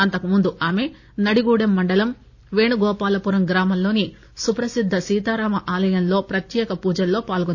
అంతకుముందు ఆమె నడిగూడెం మండలం పేణుగోపాలపురం గ్రామంలోని సుప్రసిద్ద సీతారామ ఆలయంలో ప్రత్యేక పూజల్లో పాల్గొన్నారు